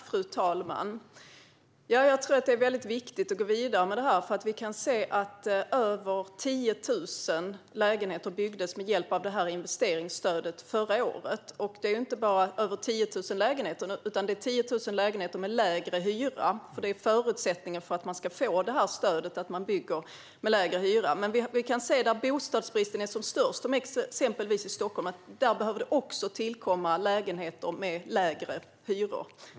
Fru talman! Jag tror att det är väldigt viktigt att gå vidare med det här. Över 10 000 lägenheter byggdes med hjälp av investeringsstödet förra året. Det är inte bara över 10 000 nya lägenheter, utan det är 10 000 lägenheter med lägre hyra. Förutsättningen för att man ska få det här stödet är att man bygger bostäder med lägre hyra. Där bostadsbristen är som störst, exempelvis i Stockholm, behöver det också tillkomma lägenheter med lägre hyror.